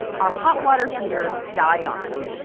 our hot water heater died on us.